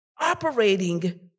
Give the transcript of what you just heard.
operating